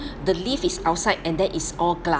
the lift is outside and that is all glass